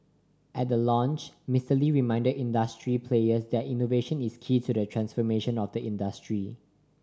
at the launch Mister Lee reminded industry players that innovation is key to the transformation of the industry